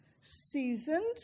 seasoned